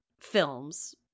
Films